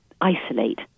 isolate